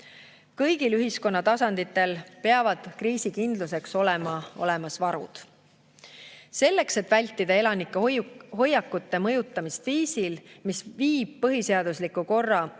Kõigil ühiskonna tasanditel peavad kriisikindluseks olemas olema varud. Selleks, et vältida elanike hoiakute mõjutamist viisil, mis viib põhiseaduslikku korda